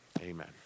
amen